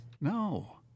No